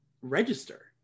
register